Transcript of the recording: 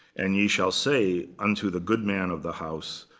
and ye shall say unto the good man of the house,